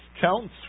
counts